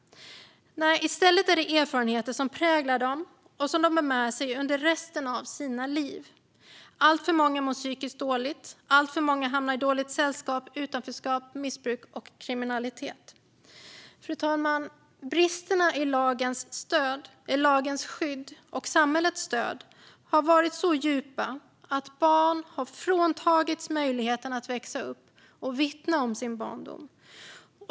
I stället är det erfarenheter som präglar dem och som de bär med sig under resten av livet. Alltför många mår psykiskt dåligt, och alltför många hamnar i dåligt sällskap, utanförskap, missbruk och kriminalitet. Fru talman! Bristerna i lagens skydd och i samhällets stöd har varit så djupa att barn har fråntagits möjligheten att växa upp och vittna om sin barndom.